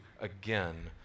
again